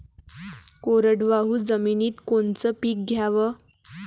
कोरडवाहू जमिनीत कोनचं पीक घ्याव?